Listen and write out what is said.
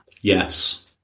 Yes